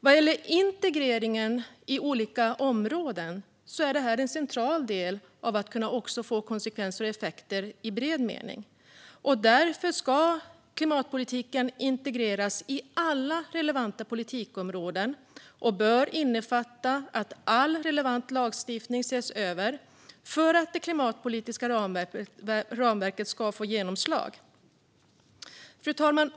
Vad gäller integreringen av klimatpolitiken i olika områden är det här en central del när det gäller att också kunna få konsekvenser och effekter i bred mening. Därför ska klimatpolitiken integreras i alla relevanta politikområden och bör innefatta att all relevant lagstiftning ses över för att det klimatpolitiska ramverket ska få genomslag. Fru talman!